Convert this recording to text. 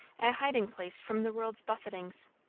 a hiding-place from the world's buffetings.